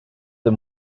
the